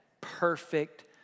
Perfect